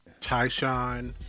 Tyshawn